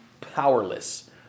powerless